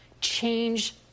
change